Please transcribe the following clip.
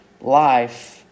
life